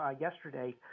yesterday